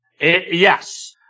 Yes